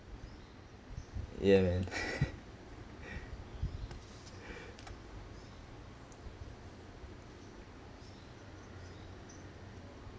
ya man